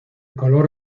color